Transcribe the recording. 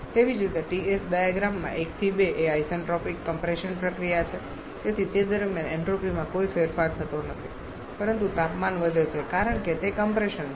તેવી જ રીતે Ts ડાયાગ્રામમાં 1 થી 2 એ આઇસેન્ટ્રોપિક કમ્પ્રેશન પ્રક્રિયા છે તેથી તે દરમિયાન એન્ટ્રોપીમાં કોઈ ફેરફાર થતો નથી પરંતુ તાપમાન વધે છે કારણ કે તે કમ્પ્રેશન છે